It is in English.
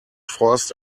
forced